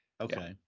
Okay